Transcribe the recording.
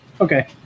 okay